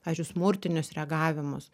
pavyzdžiui smurtinius reagavimus